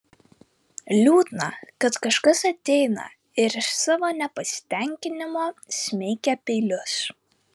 liūdna kad kažkas ateina ir iš savo nepasitenkinimo smeigia peilius